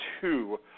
two